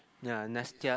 ya Nestia